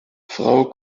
frau